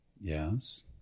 Yes